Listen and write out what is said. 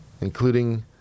including